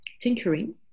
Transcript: tinkering